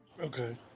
Okay